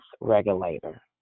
regulator